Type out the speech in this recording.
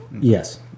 Yes